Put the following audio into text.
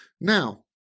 Now